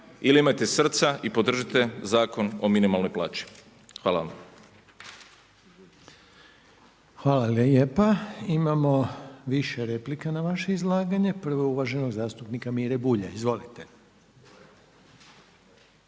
ili imajte srca i podržite Zakon o minimalnoj plaći. Hvala vam. **Reiner, Željko (HDZ)** Hvala lijepa. Imamo više replika na vaše izlaganje. Prvo je uvaženog zastupnika Mire Bulja. Izvolite.